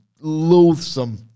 loathsome